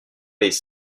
les